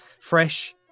fresh